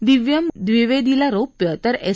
दिव्यम व्दिवेदीला रौप्य तर एस